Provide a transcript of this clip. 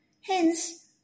Hence